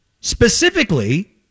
Specifically